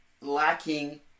lacking